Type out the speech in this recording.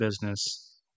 business